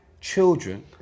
children